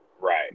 Right